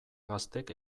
gaztek